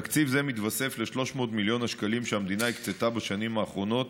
תקציב זה מתווסף ל-300 מיליון השקלים שהמדינה הקצתה בשנים האחרונות